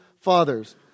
fathers